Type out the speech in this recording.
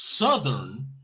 Southern